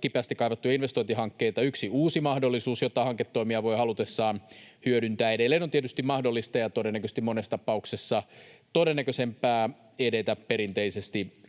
kipeästi kaivattuja investointihankkeita yksi uusi mahdollisuus, jota hanketoimija voi halutessaan hyödyntää. Edelleen on tietysti mahdollista ja todennäköisesti monessa tapauksessa todennäköisempää edetä perinteisesti, myös